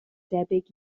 debyg